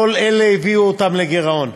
כל אלה הביאו אותם לגירעון.